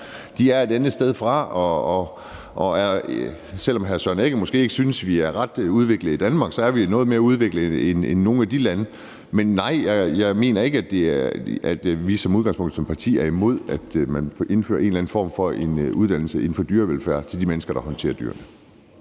De er et andet sted fra, og selv om hr. Søren Egge Rasmussen måske ikke synes, vi er ret udviklede i Danmark, så er vi noget mere udviklede end nogle af de lande. Jeg mener ikke, at vi som parti i udgangspunktet er imod, at man indfører en eller anden form for uddannelse inden for dyrevelfærd til de mennesker, der håndterer dyr.